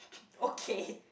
okay